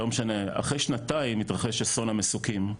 לא משנה, אחרי שנתיים התרחש אסון המסוקים,